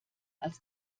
als